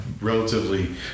relatively